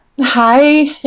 Hi